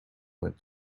went